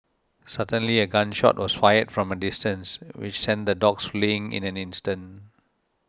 suddenly a gun shot was fired from a distance which sent the dogs fleeing in an instant